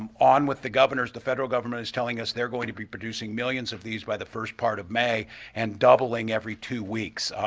um on with the governor's, the federal government is telling us they're going to be producing millions of these by the first part of may and doubling every two weeks.